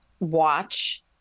Watch